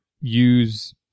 use